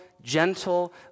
gentle